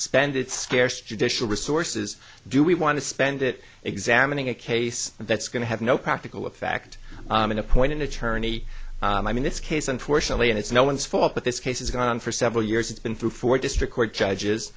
spend its scarce judicial resources do we want to spend it examining a case that's going to have no practical effect and appoint an attorney and i mean this case unfortunately and it's no one's fault but this case has gone on for several years it's been through four district court judges